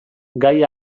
gai